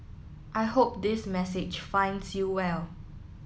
I hope this message finds you well